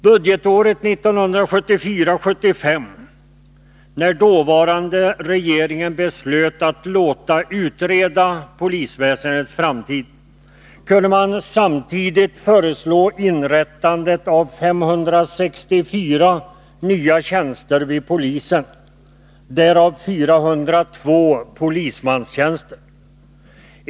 Budgetåret 1974/75, när dåvarande regeringen beslöt att låta utreda polisväsendets framtid kunde man samtidigt föreslå inrättandet av 564 nya tjänster vid polisen, därav 402 polismanstjänster.